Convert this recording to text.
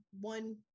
One